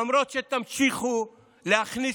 למרות שתמשיכו להכניס,